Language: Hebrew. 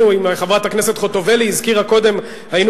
חברת הכנסת חוטובלי הזכירה קודם שהיינו